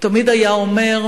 הוא תמיד היה אומר,